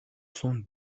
sans